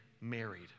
married